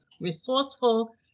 resourceful